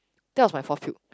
that was my forth puke